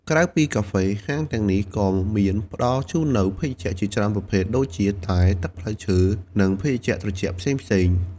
ក្រៅពីកាហ្វេ ហាងទាំងនេះក៏មានផ្តល់ជូននូវ ភេសជ្ជៈជាច្រើនប្រភេទ ដូចជា តែ ទឹកផ្លែឈើ និងភេសជ្ជៈត្រជាក់ផ្សេងៗ។